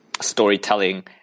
storytelling